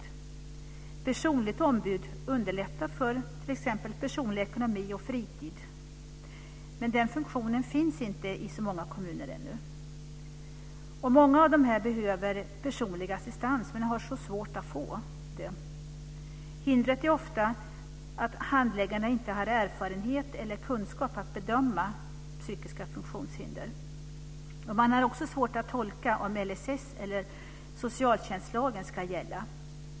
Ett personligt ombud underlättar för t.ex. personlig ekonomi och fritid, men den funktionen finns inte i så många kommuner ännu. Många behöver personlig assistans men har så svårt att få det. Hindret är ofta att handläggarna inte har erfarenhet eller kunskap att bedöma psykiska funktionshinder. Man har också svårt att tolka om LSS eller socialtjänstlagen ska gälla.